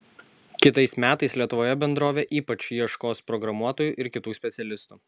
kitais metais lietuvoje bendrovė ypač ieškos programuotojų ir kitų specialistų